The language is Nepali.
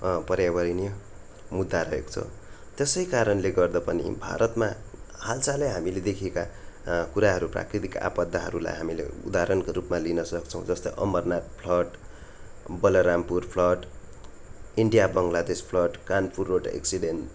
पर्यावरणीय मुद्दा रहेको छ त्यसै कारणले गर्दा पनि भारतमा हालचालै हामीले देखेका कुराहरू प्राकृतिक आपदाहरूलाई हामीले उदाहरणको रुपमा लिनसक्छौँ जस्तै Amarnath flood Balrampur flood India Bangladesh flood Kanpur road accident